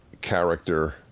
character